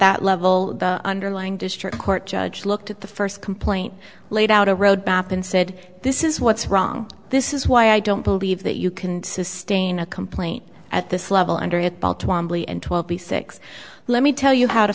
that level underlying district court judge looked at the first complaint laid out a roadmap and said this is what's wrong this is why i don't believe that you can sustain a complaint at this level under twenty six let me tell you how to